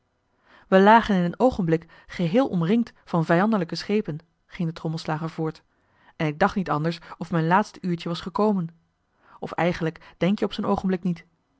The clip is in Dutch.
we lagen in een oogenblik geheel omringd van vijandelijke schepen ging de trommelslager voort en ik dacht niet anders of mijn laatste uurtje was gekomen of eigenlijk denk-je op zoo'n oogenblik niet